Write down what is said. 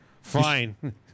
Fine